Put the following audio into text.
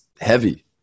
heavy